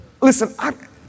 Listen